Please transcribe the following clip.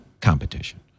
competition